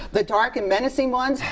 the dark and menacing ones,